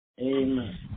Amen